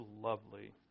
lovely